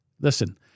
Listen